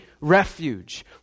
refuge